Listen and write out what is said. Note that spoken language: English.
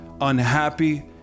unhappy